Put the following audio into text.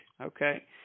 Okay